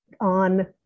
on